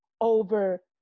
over